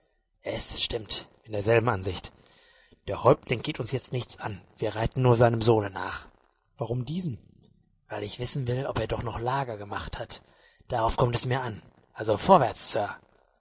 yes stimmt bin derselben ansicht der häuptling geht uns jetzt nichts an wir reiten nur seinem sohne nach warum diesem weil ich wissen will ob er doch noch lager gemacht hat darauf kommt es mir an also vorwärts